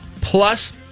Plus